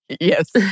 Yes